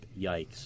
Yikes